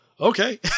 okay